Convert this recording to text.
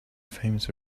famous